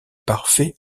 parfait